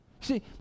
See